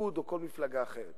ליכוד או כל מפלגה אחרת.